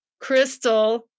crystal